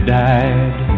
died